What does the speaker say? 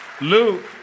Lou